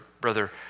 Brother